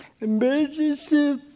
Emergency